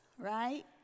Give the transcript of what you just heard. right